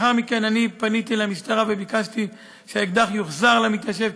לאחר מכן אני פניתי למשטרה וביקשתי שהאקדח יוחזר למתיישב,